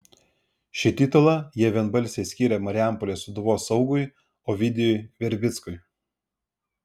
šį titulą jie vienbalsiai skyrė marijampolės sūduvos saugui ovidijui verbickui